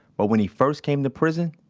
but when he first came to prison,